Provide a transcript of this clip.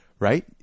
Right